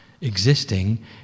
existing